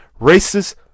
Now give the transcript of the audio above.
racist